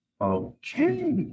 Okay